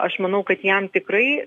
aš manau kad jam tikrai